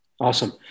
Awesome